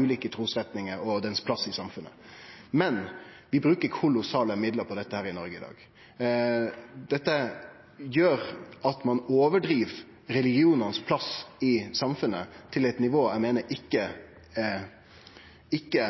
ulike trusretningar og deira plass i samfunnet, men vi brukar kolossalt med midlar på dette i Noreg i dag. Dette gjer at ein overdriv religionens plass i samfunnet til eit nivå eg meiner ikkje